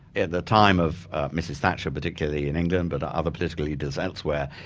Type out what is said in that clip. at the time of mrs thatcher particularly in england but other political leaders elsewhere,